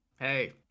hey